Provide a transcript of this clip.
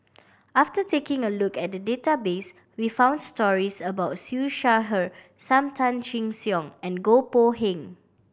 after taking a look at the database we found stories about Siew Shaw Her Sam Tan Chin Siong and Goh Poh Seng